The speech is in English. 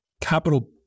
capital